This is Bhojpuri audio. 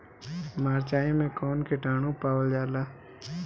मारचाई मे कौन किटानु पावल जाला?